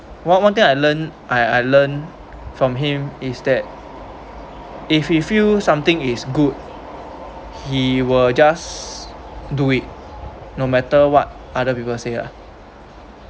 one one thing I learn I I learn from him is that if you feel something is good he will just do it no matter what other people say lah